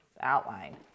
outline